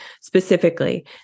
specifically